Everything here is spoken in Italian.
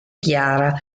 chiara